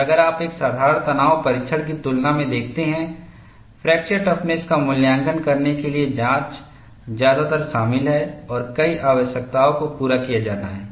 और अगर आप एक साधारण तनाव परीक्षण की तुलना में देखते हैं फ्रैक्चर टफ़्नस का मूल्यांकन करने के लिए जाँच ज्यादातर शामिल है और कई आवश्यकताओं को पूरा किया जाना है